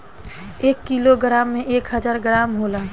एक किलोग्राम में एक हजार ग्राम होला